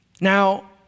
Now